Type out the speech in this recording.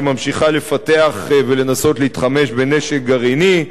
שממשיכה לפתח ולנסות להתחמש בנשק גרעיני,